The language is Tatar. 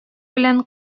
белән